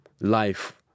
life